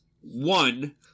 one